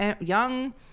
young